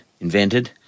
invented